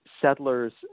settlers